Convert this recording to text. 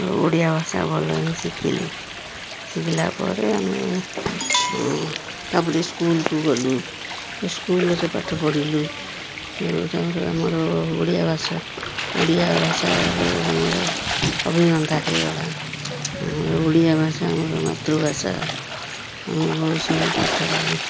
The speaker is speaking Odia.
ଓଡ଼ିଆ ଭାଷା ଭଲ ହିଁ ଶିଖିଲୁ ଶିଖିଲା ପରେ ଆମେ ତା'ପରେ ସ୍କୁଲ୍କୁ ଗଲୁ ସ୍କୁଲ୍ରେ ପାଠ ପଢ଼ିଲୁ ତା'ପରେ ଆମର ଓଡ଼ିଆ ଭାଷା ଓଡ଼ିଆ ଭାଷାରେ ଆମର ଅଭିଜ୍ଞତା ହେଇଗଲା ଆମ ଓଡ଼ିଆ ଭାଷା ଆମର ମାତୃଭାଷା ଆମେ ବହୁତ ସମୟ ପାଠ ପଢ଼ୁ